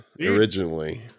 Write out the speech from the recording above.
originally